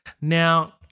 Now